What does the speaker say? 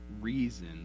reason